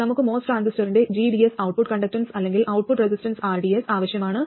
നമുക്ക് MOS transistor ന്റെ gds output conductance അല്ലെങ്കിൽ ഔട്ട്പുട്ട് റെസിസ്റ്റൻസ് rds ആവശ്യമാണ്